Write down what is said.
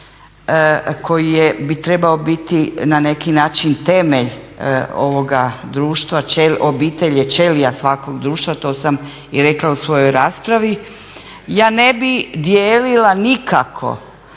koji bi trebao biti na neki način temelj ovoga društva, ćelija, obitelj je ćelija svakog društva, to sam i rekla u svojoj raspravi, ja ne bih dijelila nikako